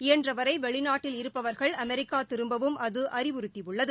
இயன்றவரை வெளிநாட்டில் இருப்பவர்கள் அமெரிக்கா திரும்பவும் அது அறிவுறத்தியுள்ளது